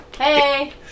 hey